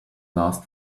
last